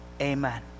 Amen